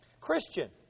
Christian